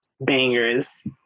bangers